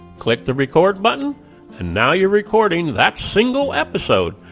click the record button and now you're recording that single episode.